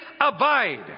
abide